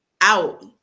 out